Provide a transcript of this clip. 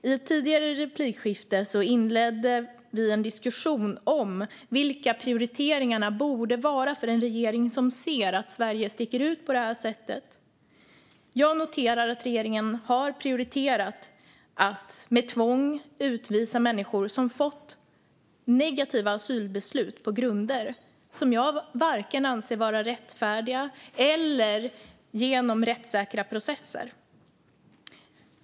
I ett tidigare replikskifte inledde vi en diskussion om vilka prioriteringarna borde vara för en regering som ser att Sverige sticker ut på det här sättet. Jag noterar att regeringen har prioriterat att med tvång utvisa människor som fått negativa asylbeslut som jag varken anser vila på rättfärdiga grunder eller vara tillkomna genom rättssäkra processer.